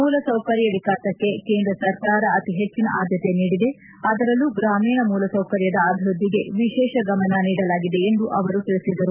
ಮೂಲಸೌಕರ್ಯ ಕೇಂದ್ರ ಸರ್ಕಾರ ಅತಿ ಹೆಚ್ಚಿನ ಆದ್ಯತೆ ನೀಡಿದೆ ಅದರಲ್ಲೂ ಗ್ರಾಮೀಣ ವಿಕಾಸಕ್ಕೆ ಮೂಲಸೌಕರ್ಯದ ಅಭಿವೃದ್ದಿಗೆ ವಿಶೇಷ ಗಮನ ನೀಡಲಾಗಿದೆ ಎಂದು ಅವರು ತಿಳಿಸಿದರು